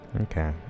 Okay